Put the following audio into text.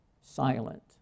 silent